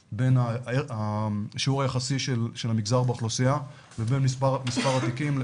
בשיעור היחסי של המגזר באוכלוסייה ובין מספר התיקים.